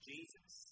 Jesus